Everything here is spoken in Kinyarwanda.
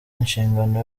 inshingano